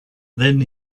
then